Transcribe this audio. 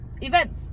events